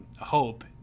hope